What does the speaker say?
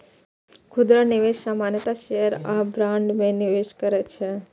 खुदरा निवेशक सामान्यतः शेयर आ बॉन्ड मे निवेश करै छै